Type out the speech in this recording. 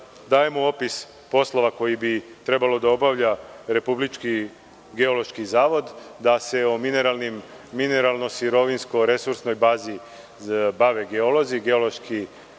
dajemo opis poslova koji bi trebalo da obavlja Republički geološki zavod da se o mineralno sirovinsko-resurnoj bazi bave geolozi, Republički